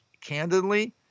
candidly